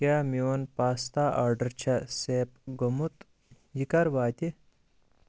کیٛاہ میٛون pasta order چھا سیپ گوٚمُت یہِ کَر واتہِ